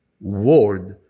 word